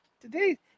today